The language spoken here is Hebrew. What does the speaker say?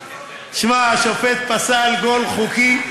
שמע, השופט פסל גול חוקי,